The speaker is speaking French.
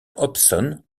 hobson